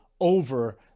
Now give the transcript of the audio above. over